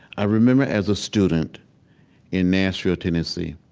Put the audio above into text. i remember as a student in nashville, tennessee,